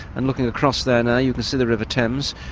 and looking across there now, you can see the river thames,